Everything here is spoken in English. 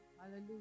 Hallelujah